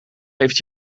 heeft